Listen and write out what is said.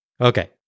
Okay